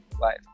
life